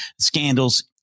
scandals